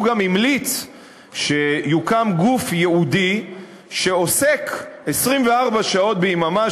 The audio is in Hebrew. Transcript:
הוא גם המליץ שיוקם גוף ייעודי שעוסק 24 שעות ביממה,